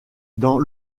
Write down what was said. dans